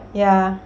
ya